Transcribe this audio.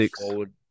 forward